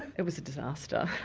it was a disaster.